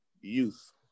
youth